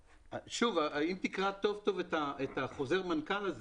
שוב, אם תקרא טוב את חוזר המנכ"ל,